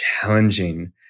challenging